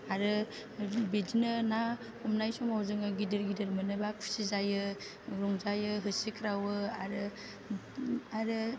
आरो बिदिनो ना हमनाय समाव जोङो गिदिर गिदिर मोनोबा खुसि जायो रंजायो हसिख्रावो आरो आरो